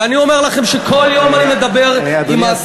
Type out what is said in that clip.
ואני אומר לכם שכל יום אני מדבר עם,